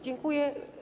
Dziękuję.